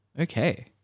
Okay